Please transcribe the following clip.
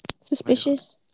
suspicious